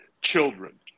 children